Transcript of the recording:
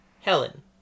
Helen